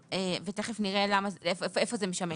ותיכף נראה איפה זה משמש אותנו.